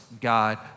God